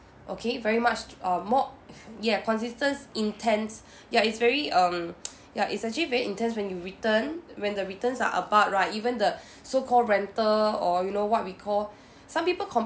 okay very much uh more ya consistence intense ya it's very um ya it's actually very intense when you return when the returns are about right even the so-called rental or you know what we call some people